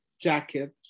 jacket